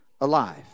alive